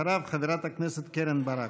אחריו, חברת הכנסת קרן ברק.